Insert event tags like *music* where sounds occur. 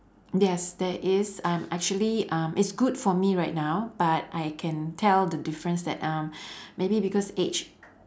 yes there is um actually um it's good for me right now but I can tell the difference that um *breath* maybe because age